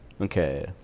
Okay